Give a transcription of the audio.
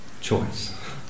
choice